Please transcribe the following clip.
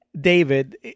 David